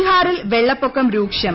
ബീഹാറിലെ വെള്ളപ്പൊക്കം രൂക്ഷം